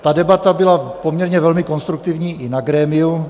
Ta debata byla poměrně velmi konstruktivní i na grémiu.